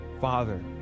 father